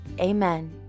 amen